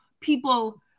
people